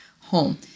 home